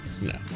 no